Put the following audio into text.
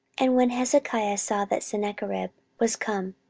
and when hezekiah saw that sennacherib was come,